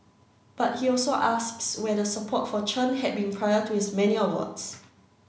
but he also asks where the support for Chen had been prior to his many awards